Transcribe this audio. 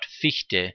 fichte